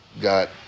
got